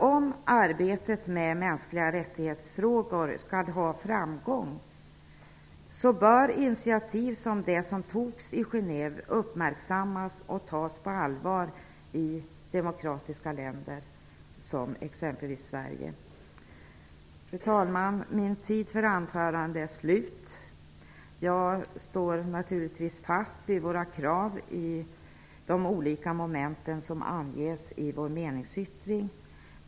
Om arbetet med frågor om mänskliga rättigheter skall ha framgång bör initiativ som det som togs i Genève uppmärksammas och tas på allvar i demokratiska länder som exempelvis Sverige. Fru talman! Min tid för anförandet är slut. Jag står givetvis fast vid våra krav i de olika moment som anges i vår meningsyttring.